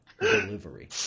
delivery